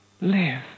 Live